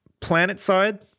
Planetside